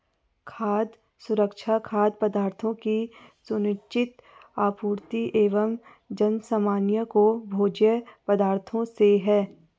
खाद्य सुरक्षा खाद्य पदार्थों की सुनिश्चित आपूर्ति एवं जनसामान्य के भोज्य पदार्थों से है